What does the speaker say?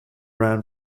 ran